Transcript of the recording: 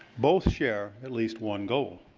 both share at least one goal.